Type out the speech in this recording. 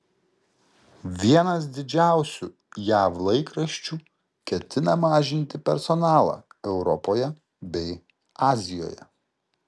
vienas didžiausių jav laikraščių ketina mažinti personalą europoje bei azijoje